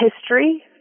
history